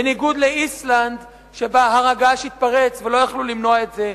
בניגוד לאיסלנד שבה הר הגעש התפרץ ולא יכלו למנוע את זה,